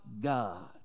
God